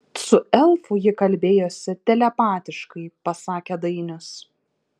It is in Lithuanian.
su elfu ji kalbėjosi telepatiškai pasakė dainius